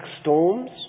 storms